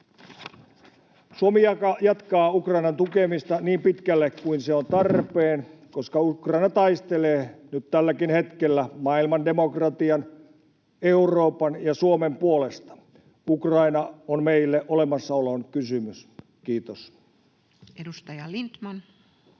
Suomi jatkaa Ukrainan tukemista niin pitkälle kuin se on tarpeen, koska Ukraina taistelee nyt tälläkin hetkellä maailman demokratian, Euroopan ja Suomen puolesta. Ukraina on meille olemassaolon kysymys. — Kiitos. [Speech 51]